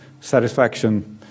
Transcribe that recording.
satisfaction